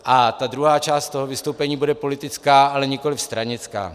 A druhá část vystoupení bude politická, ale nikoliv stranická.